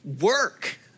work